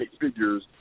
figures